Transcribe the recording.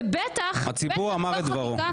ובטח לא חקיקה --- הציבור אמר את דברו.